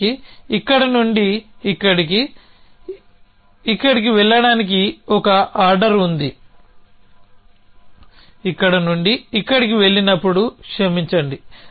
చివరికి ఇక్కడ నుండి ఇక్కడికి ఇక్కడికి వెళ్లడానికి ఒక ఆర్డర్ ఉంటుంది ఇక్కడ నుండి ఇక్కడికి వెళ్లినప్పుడు క్షమించండి